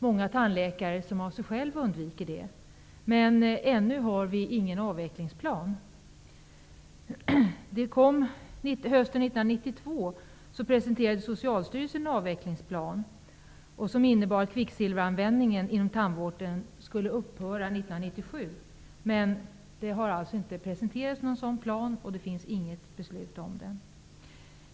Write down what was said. Många tandläkare undviker amalgam. Ännu har vi ingen avvecklingsplan. Hösten 1992 presenterade Socialstyrelsen en avvecklingsplan som innebar att kvicksilveranvändningen inom tandvården skulle upphöra 1997. Någon sådan plan har inte presenterats, och det finns inget beslut om det.